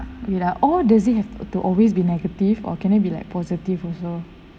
all does it have to always be negative or can it be like positive also